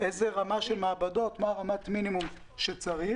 אם זאת מעבדה בינלאומית מה רמת המינימום שצריך.